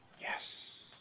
Yes